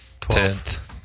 twelfth